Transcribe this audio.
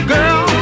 Girl